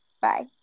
Bye